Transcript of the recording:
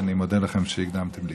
ואני מודה לכם על שהקדמתם לי.